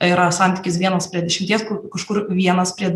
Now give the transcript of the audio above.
yra santykis vienas prie dešimties kur kažkur vienas prie